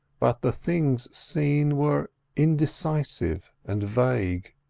but the things seen were indecisive and vague,